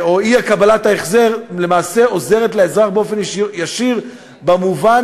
אי-קבלת ההחזר למעשה עוזרת לאזרח באופן ישיר במובן